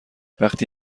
وقتی